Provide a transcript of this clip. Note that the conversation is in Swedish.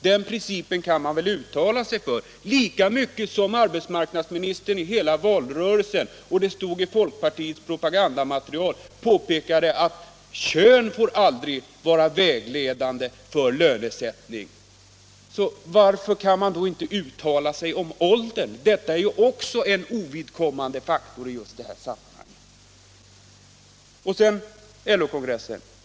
Herr Ahlmark kan, tycker jag, lika väl uttala sig för den principen som han under hela valrörelsen uttalade sig för principen — det stod också i folkpartiets propagandamaterial — att kön aldrig får vara vägledande för lönesättningen. Varför kan man inte uttala sig om åldern? Den är ju också en ovidkommande faktor i sammanhanget.